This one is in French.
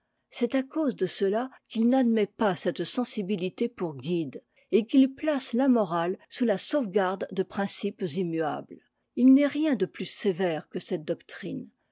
c'est à cause de cela qu'il n'admet pas cette sensibilité pour guide et qu'il place la morale sous la sauvegarde de principes immuables il n'est rien de plus sévère que cette doctrine